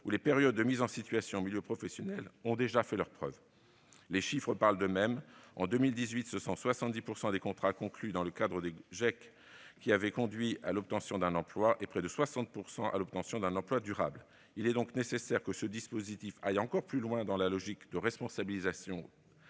ou les périodes de mise en situation en milieu professionnel, ont déjà fait leurs preuves. Les chiffres parlent d'eux-mêmes : en 2018, 70 % des contrats conclus dans le cadre des GEIQ avaient conduit à l'obtention d'un emploi et près de 60 % à l'obtention d'un emploi durable. Il est donc nécessaire que la mise en oeuvre de ce dispositif aille encore plus loin dans la logique de responsabilisation